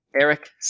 Eric